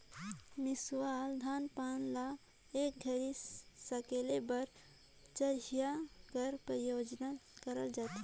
मिसावल धान पान ल एक घरी सकेले बर चरहिया कर परियोग करल जाथे